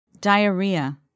Diarrhea